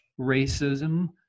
racism